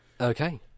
Okay